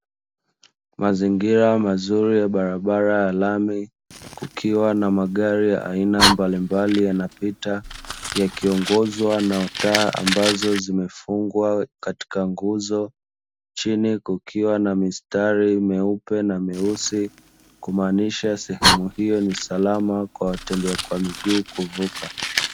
Mazingira mazuri ya barabara ya lami kukiwa na magari ya aina mbalimbali yanapita yakiongozwa na taa ambazo zimefungwa katika nguzo. Chini kukiwa na mistari meupe na meusi kumaanisha sehemu hiyo ni salama kwa watembea kwa miguu kuvuka.